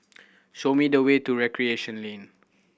show me the way to Recreation Lane